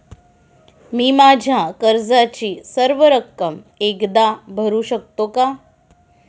मी माझ्या कर्जाची सर्व रक्कम एकदा भरू शकतो का?